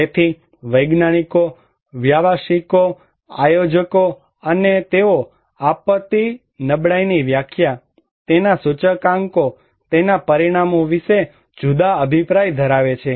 તેથી વૈજ્ઞાનિકો વ્યવસાયિકો આયોજકો તેઓ આપત્તિ નબળાઈની વ્યાખ્યા તેના સૂચકાંકો તેના પરિમાણો વિશે જુદા અભિપ્રાય ધરાવે છે